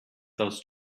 those